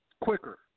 quicker